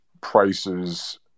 prices